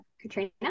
Katrina